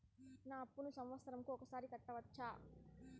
నా అప్పును సంవత్సరంకు ఒకసారి కట్టవచ్చా?